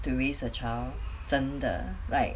to raise a child 真的 like